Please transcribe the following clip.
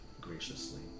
graciously